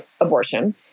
abortion